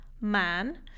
man